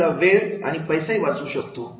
आणि आपला वेळ पैसा वाचवू शकतो